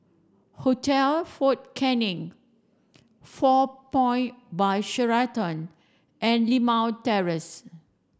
Hotel Fort Canning Four Point By Sheraton and Limau Terrace